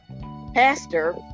Pastor